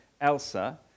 Elsa